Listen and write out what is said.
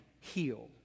heal